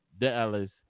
Dallas